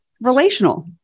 relational